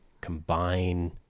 combine